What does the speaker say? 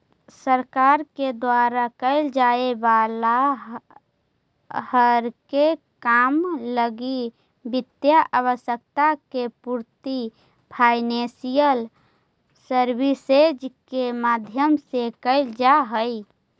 सरकार के द्वारा कैल जाए वाला हरेक काम लगी वित्तीय आवश्यकता के पूर्ति फाइनेंशियल सर्विसेज के माध्यम से कैल जा हई